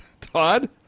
Todd